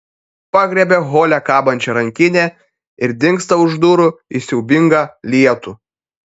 pagriebia hole kabančią rankinę ir dingsta už durų į siaubingą lietų